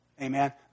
Amen